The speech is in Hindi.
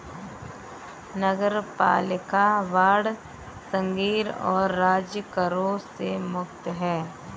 नगरपालिका बांड संघीय और राज्य करों से मुक्त हैं